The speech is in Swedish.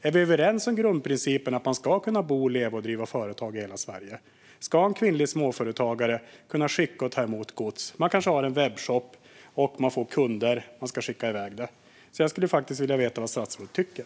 Är vi överens om grundprincipen att man ska kunna bo, leva och driva företag i hela Sverige? Ska en kvinnlig småföretagare kunna skicka och ta emot gods? Hon kanske har en webbshop och ska skicka varor till kunder. Jag vill faktiskt veta vad statsrådet tycker.